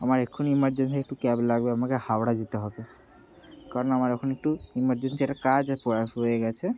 আমার এক্ষুণি ইমারজেন্সি একটু ক্যাব লাগবে আমাকে হাওড়া যেতে হবে কারণ আমার এখন একটু ইমারজেন্সি একটা কাজ পড়ে গিয়েছে